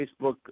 Facebook